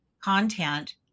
content